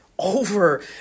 over